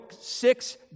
six